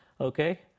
Okay